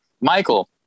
Michael